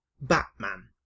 Batman